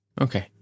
Okay